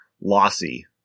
lossy